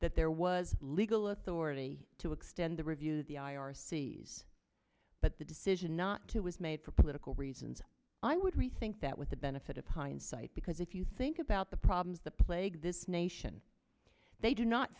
that there was legal authority to extend the review the i r c s but the decision not to was made for political reasons i would receive that with the benefit of hindsight because if you think about the problems that plague this nation they do not